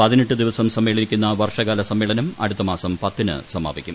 പതിനെട്ട് ദിവസം സമ്മേളിക്കുന്ന വർഷകാല സമ്മേളനം അടുത്തമാസം പത്തിന് സമാപിക്കും